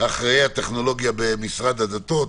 האחראי על טכנולוגיה במשרד הדתות,